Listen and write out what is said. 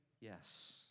yes